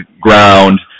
ground